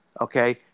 Okay